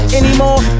anymore